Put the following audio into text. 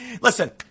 Listen